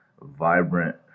vibrant